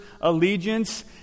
allegiance